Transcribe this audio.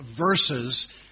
verses